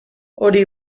hori